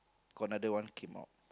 got another came out